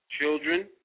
Children